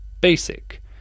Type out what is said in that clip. basic